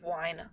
wine